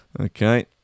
Okay